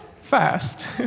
fast